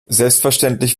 selbstverständlich